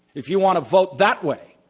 if you want to vote that way,